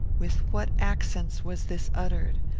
with what accents was this uttered!